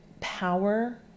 power